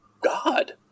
God